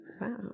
Wow